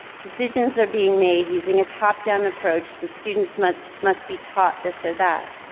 decisions are being made using a top-down approach that students must must be taught this or that.